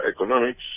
Economics